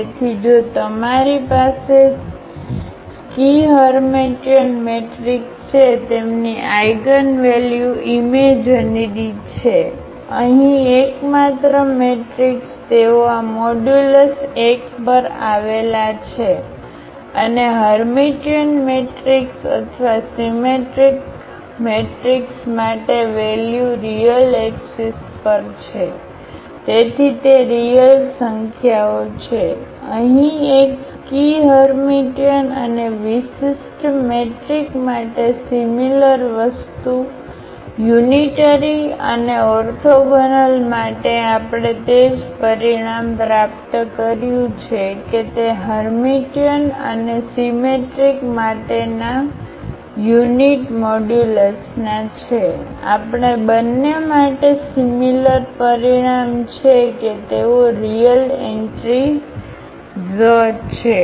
તેથી જો તમારી પાસે સ્કી હર્મેટિયન મેટ્રિક્સ છે તેમની આઇગનવલ્યુ ઈમેજીનરી છે અહીં એકમાત્ર મેટ્રિક્સ તેઓ આ મોડ્યુલસ 1 પર આવેલા છે અને હર્મિટિયન મેટ્રિક્સ અથવા સિમેટ્રીક સિમેટ્રીક મેટ્રિક્સ માટે વેલ્યુ રીયલ એકસીસ પર છે તેથી તે રીયલ સંખ્યાઓ છે તેથી અહીં એક સ્કી હર્મીટિયન અને વિશિષ્ટ મેટ્રિક માટે સિમિલર વસ્તુ યુનિટરી અને ઓર્થોગોનલ માટે આપણે તે જ પરિણામ પ્રાપ્ત કર્યું છે કે તે હર્મિટિયન અને સિમેટ્રીક માટેના યુનિટમોડ્યુલસના છે આપણે બંને માટે સિમિલર પરિણામ છે કે તેઓ રીયલ એન્ટ્રીઝ છે